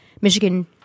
Michigan